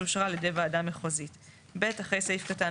שאושרה על ידי ועדה מחוזית."; אחרי סעיף קטן